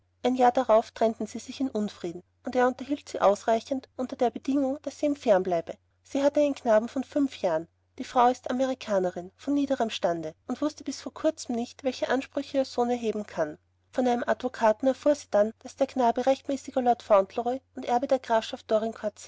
ein jahr darauf trennten sie sich im unfrieden und er unterhielt sie ausreichend unter der bedingung daß sie ihm fernbleibe sie hat einen knaben von fünf jahren die frau ist amerikanerin von niederem stande und wußte bis vor kurzem nicht welche ansprüche ihr sohn erheben kann von einem advokaten erfuhr sie dann daß der knabe rechtmäßiger lord fauntleroy und erbe der grafschaft